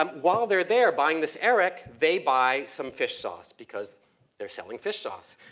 um while they're there buying this arrack, they buy some fish sauce, because they're selling fish sauce.